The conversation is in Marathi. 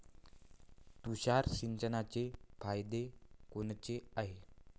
तुषार सिंचनाचे फायदे कोनचे हाये?